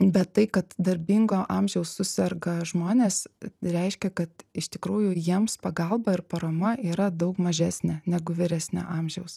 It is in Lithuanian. bet tai kad darbingo amžiaus suserga žmonės reiškia kad iš tikrųjų jiems pagalba ir parama yra daug mažesnė negu vyresnio amžiaus